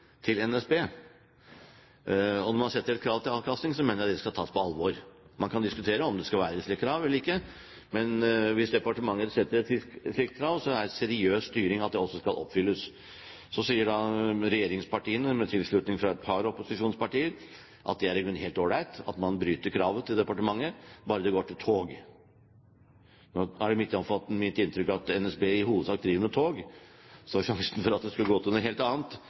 mener jeg det skal tas på alvor. Man kan diskutere om det skal være et slikt krav eller ikke, men hvis departementet setter et slikt krav, er seriøs styring at det også skal oppfylles. Så sier regjeringspartiene, med tilslutning fra et par opposisjonspartier, at det er i grunnen helt all right at man bryter kravet til departementet, bare det går til tog. Nå er det mitt inntrykk at NSB i hovedsak driver med tog, så sjansen for at det skulle gå til noe helt annet,